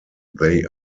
they